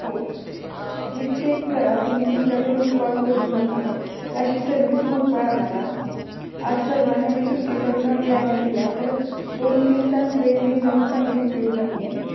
हो please check करा तुम्ही तुमच्याकडून कॉल करून बघा ही अशी सर्व्हिस नको आहे आम्हाला आज सर्वांनी आम्ही सुट्टी काढून हा प्लॅन केला आहे तर दोनतीन तास लेटनी जाऊन काही उपयोग नाही आहे